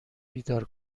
بیدار